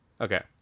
Okay